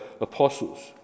apostles